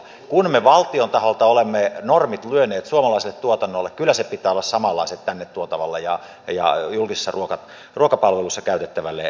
kun me valtion taholta olemme normit luoneet suomalaiselle tuotannolle kyllä niiden pitää olla samanlaiset tänne tuotavalle ja julkisessa ruokapalvelussa käytettävälle ruuan raaka aineelle